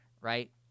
right